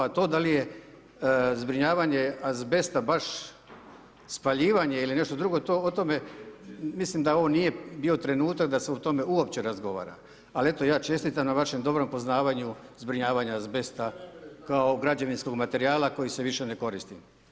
To da li je zbrinjavanje azbesta baš spaljivanje ili nešto drugo, o tome, mislim da ovo nije bio trenutak da se o tome uopće razgovara, ali eto ja čestitam na vašem dobrom poznavanju zbrinjavanja azbesta kao građevinskog materijala koji se više ne koristi.